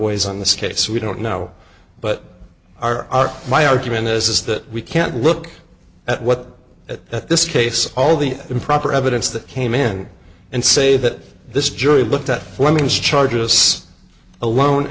ways on this case we don't know but our my argument is is that we can't look at what at this case all the improper evidence that came in and say that this jury looked at fleming's charges alone